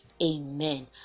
Amen